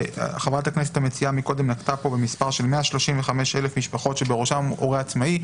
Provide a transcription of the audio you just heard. חה"כ המציעה מקודם נתנה פה מספר של 135,000 משפחות שבראשן הורה עצמאי.